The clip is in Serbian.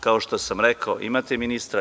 Kao što sam rekao imate ministra.